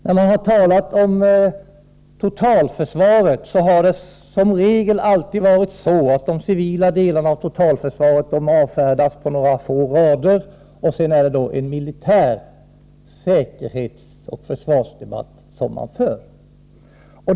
När man har talat om totalförsvaret har det som regel alltid varit så att de civila delarna av totalförsvaret har avfärdats på några få rader. Sedan har det varit den militära säkerhetsoch försvarsdebatten man fört.